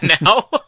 now